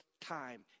time